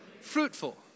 fruitful